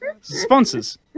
sponsors